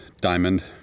diamond